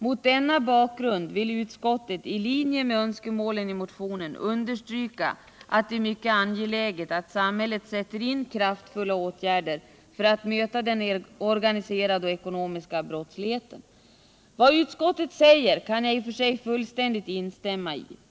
Mot denna bakgrund vill utskottet i linje med önskemålen i motionen understryka att det är mycket angeläget att samhället sätter in kraftfulla åtgärder för att möta den organiserade och ekonomiska brottsligheten.” Vad utskottet säger kan jag i och för sig fullständigt instämma i.